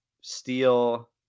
steel